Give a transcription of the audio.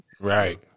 Right